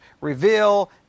reveal